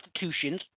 institutions